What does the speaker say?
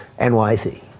NYC